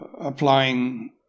applying